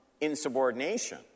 ...insubordination